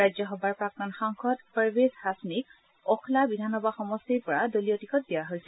ৰাজ্যসভাৰ প্ৰাক্তন সাংসদ পৰভেজ হাচমীক অখলা বিধানসভা সমষ্টিৰ পৰা দলীয় টিকট দিয়া হৈছে